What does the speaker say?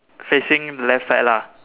facing the left side lah